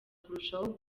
kurushaho